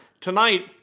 Tonight